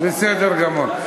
בסדר גמור.